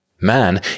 Man